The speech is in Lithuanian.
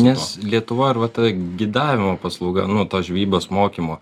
nes lietuvoj ir vat ta gidavimo paslauga nu tos žvejybos mokymo